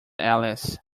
alice